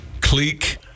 Cleek